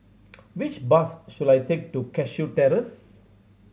which bus should I take to Cashew Terrace